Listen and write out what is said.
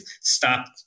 stop